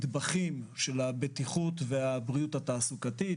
לטיפול בכלל הנדבכים של הבטיחות והבריאות התעסוקתית.